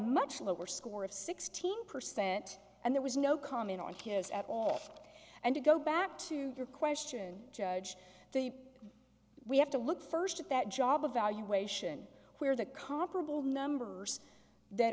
much lower score of sixteen percent and there was no comment on his at all and to go back to your question judge the we have to look first at that job evaluation where the comparable numbers that